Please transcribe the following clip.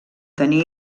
tenir